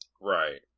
Right